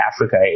Africa